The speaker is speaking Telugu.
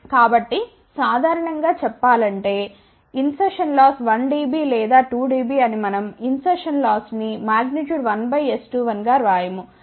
కాబట్టి సాధారణం గా చెప్పాలంటే ఇన్ సెర్షన్ లాస్ 1 dB లేదా 2 dB అని మనం ఇన్ సెర్షన్ లాస్ ని 1S21 గా వ్రాయము